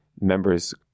members